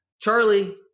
Charlie